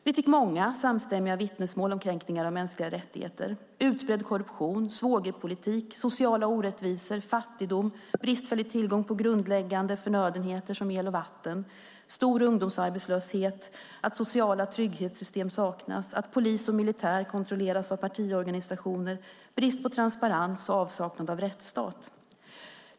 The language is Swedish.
Vi fick många samstämmiga vittnesmål om kränkningar av mänskliga rättigheter, utbredd korruption, svågerpolitik, sociala orättvisor, fattigdom, bristfällig tillgång på grundläggande förnödenheter som el och vatten, stor ungdomsarbetslöshet, att sociala trygghetssystem saknas, att polis och militär kontrolleras av partiorganisationer, brist på transparens och avsaknad av rättsstat.